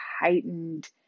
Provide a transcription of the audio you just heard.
heightened